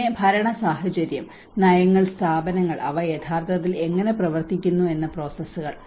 പിന്നെ ഭരണ സാഹചര്യം നയങ്ങൾ സ്ഥാപനങ്ങൾ അവ യഥാർത്ഥത്തിൽ എങ്ങനെ പ്രവർത്തിക്കുന്നു എന്ന പ്രോസസുകൾ